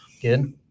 Good